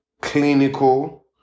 clinical